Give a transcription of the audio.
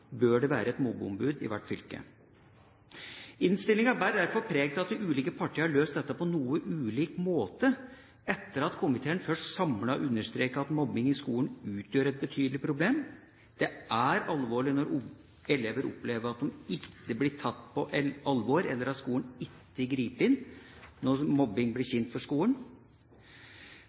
Bør det være et mobbeombud i hvert fylke? Innstillinga bærer preg av at de uliker partier har løst dette på noe ulik måte etter at komiteen først samlet understreker at mobbing i skolen utgjør et betydelig problem. Det er alvorlig når elever opplever at de ikke blir tatt på alvor, eller at skolen ikke griper inn når mobbing blir kjent for skolen.